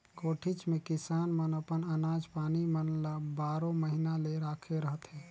कोठीच मे किसान मन अपन अनाज पानी मन ल बारो महिना ले राखे रहथे